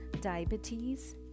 diabetes